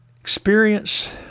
Experience